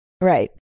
right